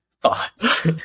thoughts